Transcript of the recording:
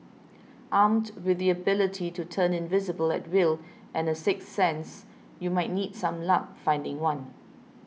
armed with the ability to turn invisible at will and a sixth sense you might need some luck finding one